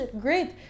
great